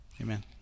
amen